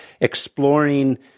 exploring